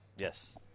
Yes